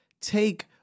take